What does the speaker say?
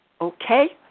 Okay